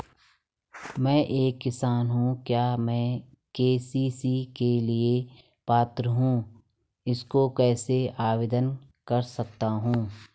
मैं एक किसान हूँ क्या मैं के.सी.सी के लिए पात्र हूँ इसको कैसे आवेदन कर सकता हूँ?